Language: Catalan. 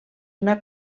una